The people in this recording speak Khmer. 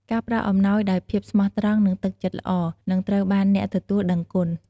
ការផ្តល់អំណោយដោយភាពស្មោះត្រង់ និងទឹកចិត្តល្អ នឹងត្រូវបានអ្នកទទួលដឹងគុណ។